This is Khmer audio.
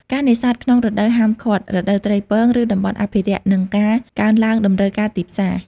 ការនេសាទក្នុងរដូវហាមឃាត់(រដូវត្រីពង) ឬតំបន់អភិរក្ស និងការកើនឡើងតម្រូវការទីផ្សារ។